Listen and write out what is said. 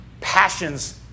passions